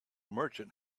merchant